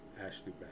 ashley